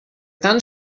tan